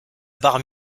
bar